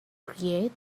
create